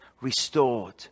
restored